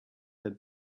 had